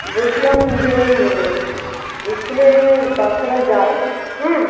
বলছিলাম যে ওই স্কুলে বাচ্চারা যায় হ্যাঁ